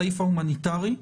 בסעיף ההומניטרי,